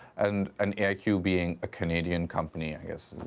and and a i q. being a canadian company, i